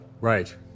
Right